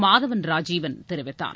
மாதவன் ராஜீவன் தெரிவித்தார்